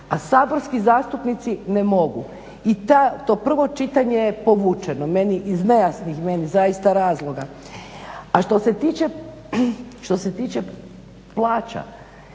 a saborski zastupnici ne mogu. I to prvo čitanje je povučeno meni iz nejasnih, meni zaista razloga. A što se tiče plaća